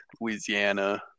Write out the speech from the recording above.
Louisiana